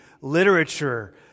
literature